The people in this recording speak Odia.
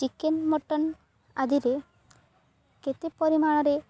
ଚିକେନ ମଟନ ଆଦିରେ କେତେ ପରିମାଣରେ